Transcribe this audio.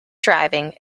driving